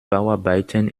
bauarbeiten